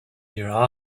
near